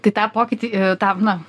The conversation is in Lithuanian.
tai tą pokytį tą na